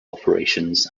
operations